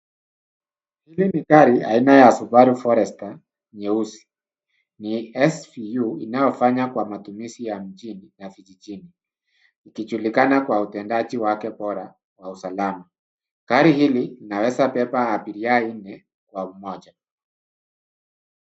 Hili ni gari aina ya Subaru Forester nyeusi. Ni SUV inayofanya kwa matumizi ya mjini na vijijini, ikijulikana kwa utendaji wake bora wa usalama. Gari hili linaweza beba abiria nne, kwa umoja.